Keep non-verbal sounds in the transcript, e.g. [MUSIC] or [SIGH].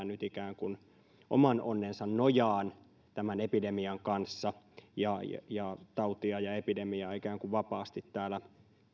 [UNINTELLIGIBLE] nyt jättää ikään kuin oman onnensa nojaan tämän epidemian kanssa ja ja tautia ja epidemiaa ikään kuin vapaasti täällä